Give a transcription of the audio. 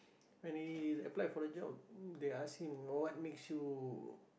when he applied for the job they ask him what makes you